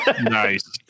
nice